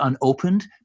unopened